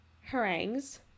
harangues